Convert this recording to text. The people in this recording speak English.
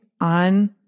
on